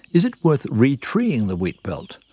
is it worth re-treeing the wheat belt?